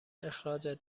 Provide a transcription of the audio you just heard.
اخراجت